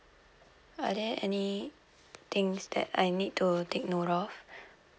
are there any things that I need to take note of